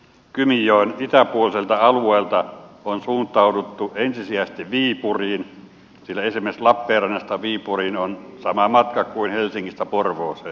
kymijoen itäpuoliselta alueelta on suuntauduttu ensisijaisesti viipuriin sillä esimerkiksi lappeenrannasta viipuriin on sama matka kuin helsingistä porvooseen